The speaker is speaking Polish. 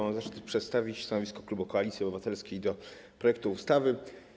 Mam zaszczyt przedstawić stanowisko klubu Koalicji Obywatelskiej co do projektu ustawy.